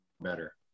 better